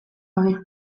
gabe